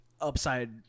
upside